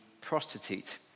prostitute